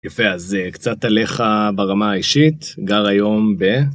יפה אז קצת עליך ברמה האישית גר היום ב.